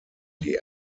die